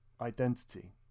identity